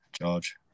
George